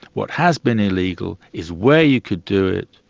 what has been illegal is where you could do it,